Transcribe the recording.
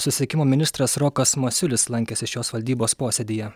susisiekimo ministras rokas masiulis lankėsi šios valdybos posėdyje